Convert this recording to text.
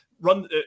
run